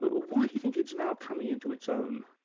why do you think it's now coming in to its own.